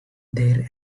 their